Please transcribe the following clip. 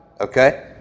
okay